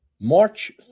March